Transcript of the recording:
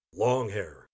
Longhair